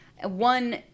one